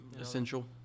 Essential